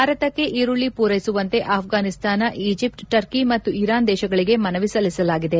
ಭಾರತಕ್ಷೆ ಈರುಳ್ಳ ಪೂರೈಸುವಂತೆ ಅಫ್ರಾನಿಸ್ತಾನ ಈಜಿಪ್ಟ್ ಟರ್ಕಿ ಮತ್ತು ಇರಾನ್ ದೇಶಗಳಿಗೆ ಮನವಿ ಸಲ್ಲಿಸಲಾಗಿದೆ